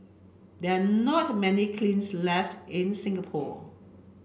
there are not many kilns left in Singapore